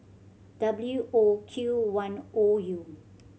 W O Q one O U